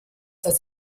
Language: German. das